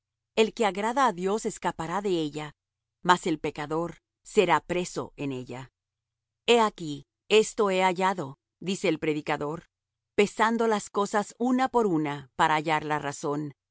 el que agrada á dios escapará de ella mas el pecador será preso en ella he aquí esto he hallado dice el predicador pesando las cosas una por una para hallar la razón